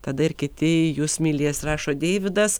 tada ir kiti jus mylės rašo deividas